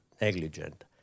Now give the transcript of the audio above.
negligent